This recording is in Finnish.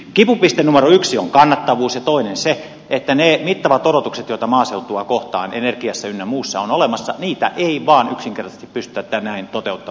kipupiste numero yksi on kannattavuus ja toinen se että niitä mittavia odotuksia joita maaseutua kohtaan energiassa ynnä muussa on olemassa ei vaan yksinkertaisesti pystytä näin toteuttamaan